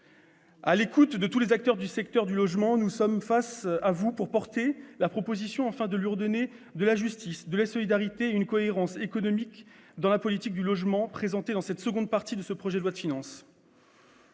À l'écoute de tous les acteurs du secteur du logement, nous sommes face à vous pour porter des propositions afin de lui redonner de la justice et de la solidarité, pour rendre une cohérence économique à la politique du logement présentée dans cette seconde partie du projet de loi de finances.